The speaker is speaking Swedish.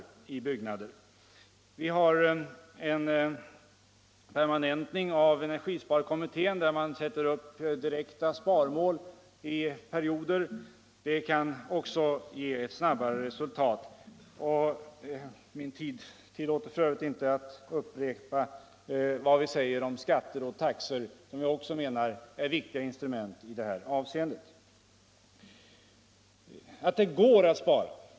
Vi föreslår vidare permanentning av energisparkommittén, där man sätter upp direkta sparmål på perioder. Det kan också ge ett snabbare resultat. Min tid tillåter f. ö. inte att jag redovisar vad vi säger om skatter och taxor, som vi också menar är viktiga instrument i detta avseende. Det går att spara.